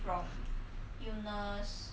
didn't meet our time